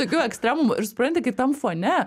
tokių ekstremumų ir supranti kai tam fone